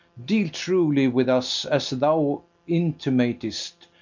deal truly with us as thou intimatest,